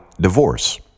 divorce